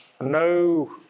no